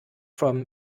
from